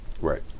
Right